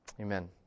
Amen